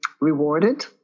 rewarded